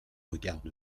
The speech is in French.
regarde